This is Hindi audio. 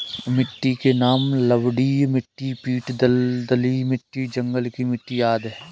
मिट्टी के नाम लवणीय मिट्टी, पीट दलदली मिट्टी, जंगल की मिट्टी आदि है